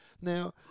Now